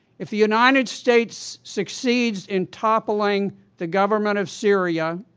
if the united states succeeds in toppling the government of syria,